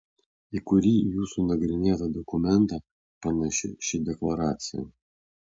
į kurį jūsų nagrinėtą dokumentą panaši ši deklaracija